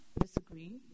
disagree